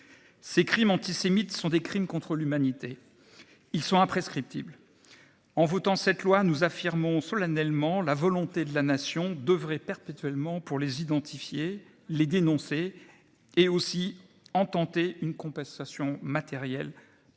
Ces crimes antisémites sont des crimes contre l'humanité. Ils sont imprescriptibles. En votant cette loi nous affirmons solennellement la volonté de la nation devrait perpétuellement pour les identifier les dénoncer et aussi en tenter une compensation matérielle.